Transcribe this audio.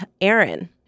Aaron